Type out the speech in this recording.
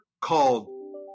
called